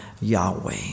Yahweh